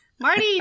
Marty